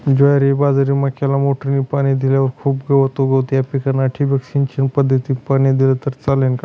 ज्वारी, बाजरी, मक्याला मोटरीने पाणी दिल्यावर खूप गवत उगवते, या पिकांना ठिबक सिंचन पद्धतीने पाणी दिले तर चालेल का?